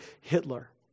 Hitler